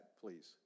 please